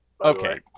Okay